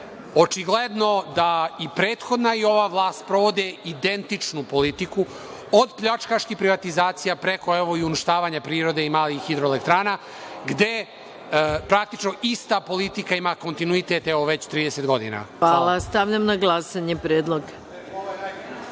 Očigledno da i prethodna i ova vlast sprovede identičnu politiku, od pljačkaških privatizacija, preko uništavanja prirode i malih hidroelektrana, gde praktično ista politika ima kontinuitet, evo, već 30 godina. **Maja Gojković** Hvala. Stavljam